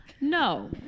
No